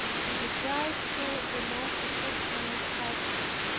he deprived her of a most affectionate husband.